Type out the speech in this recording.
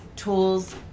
tools